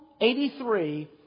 83